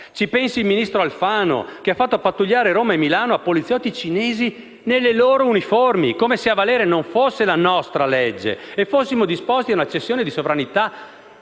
Ci pensi il ministro Alfano, che ha fatto pattugliare Roma e Milano a poliziotti cinesi nelle loro uniformi, come se a valere non fosse la nostra legge e fossimo disposti ad una cessione di sovranità